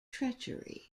treachery